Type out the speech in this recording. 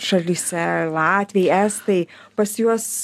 šalyse latviai estai pas juos